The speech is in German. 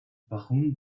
warum